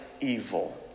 evil